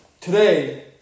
today